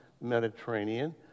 Mediterranean